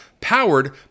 powered